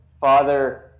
father